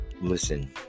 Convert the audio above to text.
listen